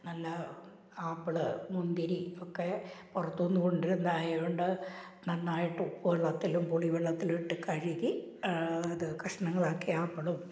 നല്ല ആപ്പിൾ മുന്തിരി ഒക്കെ പുറത്തു നിന്നു കൊണ്ടു വരുന്നതായതു കൊണ്ട് നന്നായിട്ട് ഉപ്പു വെള്ളത്തിലും പുളി വെള്ളത്തിലും ഇട്ട് കഴുകി അത് കഷ്ണങ്ങളാക്കി ആപ്പിളും